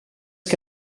que